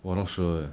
!wah! not sure leh